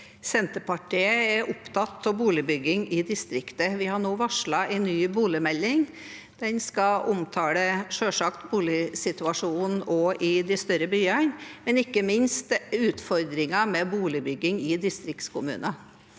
Senterpartiet er opp- tatt av boligbygging i distriktene. Vi har nå varslet en ny boligmelding. Den skal selvsagt omtale boligsituasjonen også i de større byene, men ikke minst utfordringer med boligbygging i distriktskommuner.